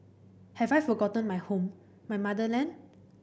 have I forgotten my home my motherland